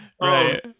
Right